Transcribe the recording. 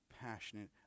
passionate